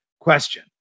Question